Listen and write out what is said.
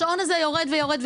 השעון הזה יורד ויורד,